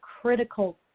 critical